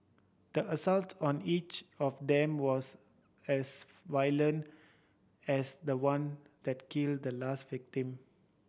the assault on each of them was as violent as the one that killed the last victim